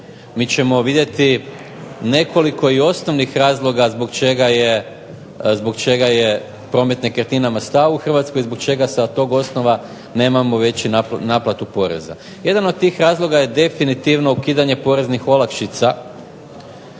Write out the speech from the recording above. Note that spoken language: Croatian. mi ćemo vidjeti nekoliko i osnovnih razloga zbog čega je promet nekretninama stao u Hrvatskoj i zbog čega sa tog osnova nemamo veću naplatu poreza. Jedan od tih razloga je definitivno ukidanje poreznih olakšica,